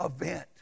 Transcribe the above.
event